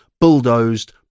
bulldozed